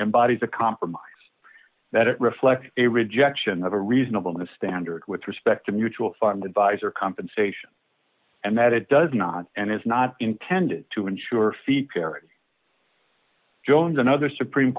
embodies the compromise that it reflects a rejection of a reasonable new standard with respect to mutual fund advisor compensation and that it does not and is not intended to ensure fee parity jones and other supreme